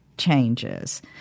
changes